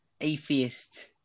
atheist